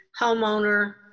homeowner